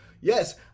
Yes